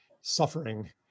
suffering